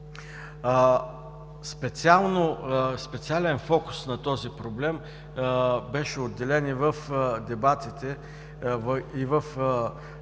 Специален фокус на този проблем беше отделен и в дебатите, и в